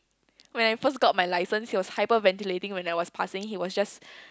when I first got my license he was hyperventilating when I was passing he was just